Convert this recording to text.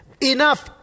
enough